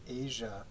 Asia